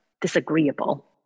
disagreeable